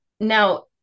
Now